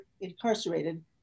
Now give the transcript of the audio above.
incarcerated